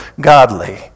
godly